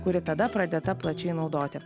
kuri tada pradėta plačiai naudoti